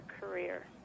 career